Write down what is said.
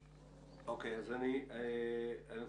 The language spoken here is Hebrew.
בסוף,